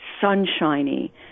sunshiny